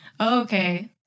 Okay